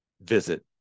visit